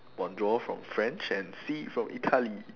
bonjour from french and si from italy